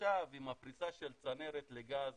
עכשיו עם הפריסה של צנרת לגז